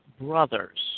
brothers